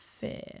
fair